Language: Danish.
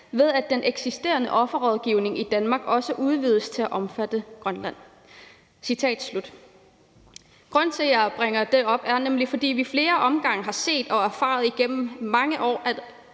ved at den eksisterende offerrådgivning i Danmark udvides til også at omfatte Grønland.« Grunden til, at jeg bringer det op, er nemlig, at vi ad flere omgange har set og erfaret igennem mange år,